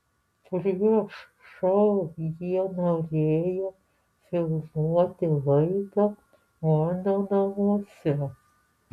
prieš šou jie norėjo filmuoti laidą mano namuose